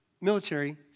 military